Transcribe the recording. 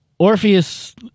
Orpheus